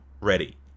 ready